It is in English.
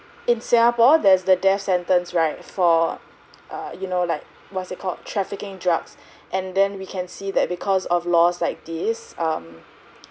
in singapore there's the death sentence right for uh you know like what is it called trafficking drugs and then we can see that because of laws like these um